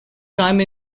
time